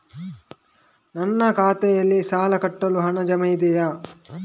ನನ್ನ ಖಾತೆಯಲ್ಲಿ ಸಾಲ ಕಟ್ಟಲು ಹಣ ಜಮಾ ಇದೆಯೇ?